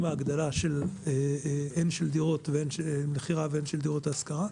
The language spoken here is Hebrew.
עם ההגדלה הן של דירות למכירה ושל דירות להשכרה.